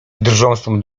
drżącą